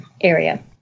area